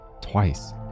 twice